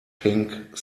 pink